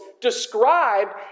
described